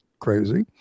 crazy